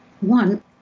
one